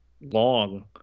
long